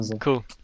cool